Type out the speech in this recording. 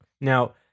Now